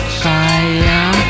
fire